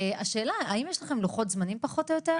השאלה, האם יש לכם לוחות זמנים פחות או יותר?